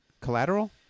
Collateral